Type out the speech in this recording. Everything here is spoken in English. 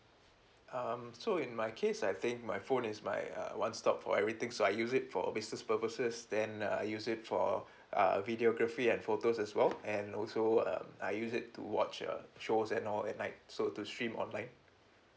um so in my case I think my phone is my uh one stop for everything so I use it for business purposes then err I use it for err videography and photos as well and also um I use it to watch uh shows and all at night so to stream online